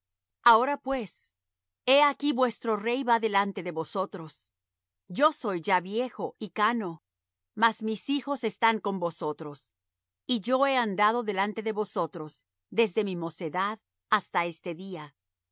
ahora pues he aquí vuestro rey va delante de vosotros yo soy ya viejo y cano mas mis hijos están con vosotros y yo he andado delante de vosotros desde mi mocedad hasta este día